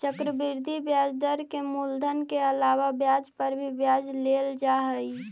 चक्रवृद्धि ब्याज दर में मूलधन के अलावा ब्याज पर भी ब्याज लेल जा हई